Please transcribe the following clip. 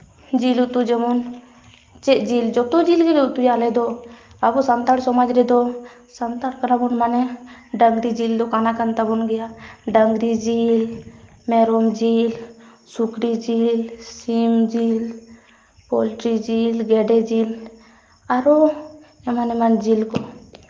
ᱡᱤᱞ ᱩᱛᱩ ᱡᱮᱢᱚᱱ ᱪᱮᱫ ᱡᱤᱞ ᱩᱛᱩ ᱡᱤᱞ ᱜᱮᱞᱮ ᱩᱛᱩᱭᱟ ᱟᱞᱮᱫᱚ ᱟᱵᱚ ᱥᱟᱱᱛᱟᱲ ᱥᱚᱢᱟᱡᱽ ᱨᱮᱫᱚ ᱥᱟᱱᱛᱟᱲ ᱠᱟᱱᱟᱵᱚᱱ ᱢᱟᱱᱮ ᱰᱟᱹᱝᱨᱤ ᱡᱤᱞ ᱫᱚ ᱠᱟᱱᱟ ᱠᱟᱱ ᱛᱟᱵᱚᱱ ᱜᱮᱭᱟ ᱰᱟᱹᱝᱨᱤ ᱡᱤᱞ ᱢᱮᱨᱚᱢ ᱡᱤᱞ ᱥᱩᱠᱨᱤ ᱡᱤᱞ ᱥᱤᱢ ᱡᱤᱞ ᱯᱳᱞᱴᱨᱤ ᱡᱤᱞ ᱜᱮᱰᱮ ᱡᱤᱞ ᱟᱨᱚ ᱮᱢᱟᱱ ᱮᱢᱟᱱ ᱡᱤᱞ ᱠᱚ